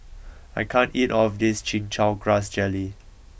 I can't eat all of this Chin Chow Grass Jelly